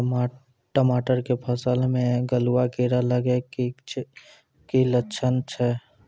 टमाटर के फसल मे गलुआ कीड़ा लगे के की लक्छण छै